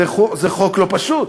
זה חוק לא פשוט,